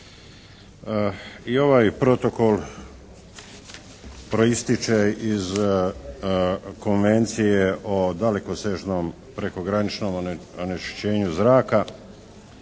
I ovaj Protokol proistječe iz Konvencije o dalekosežnom prekograničnom onečišćenju zraka